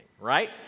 right